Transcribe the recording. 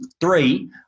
three